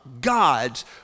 God's